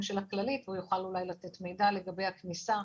של כללית שאולי יוכל לתת מידע לגבי מועד הכניסה